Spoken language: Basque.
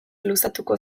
luzatuko